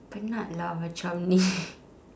penat lah macam ni